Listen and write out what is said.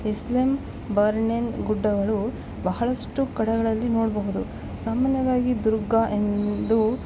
ಇಸ್ಲೆಮ್ ಬರ್ನೆನ್ ಗುಡ್ಡಗಳು ಬಹಳಷ್ಟು ಕಡೆಗಳಲ್ಲಿ ನೋಡಬಹುದು ಸಾಮಾನ್ಯವಾಗಿ ದುರ್ಗ ಎಂದು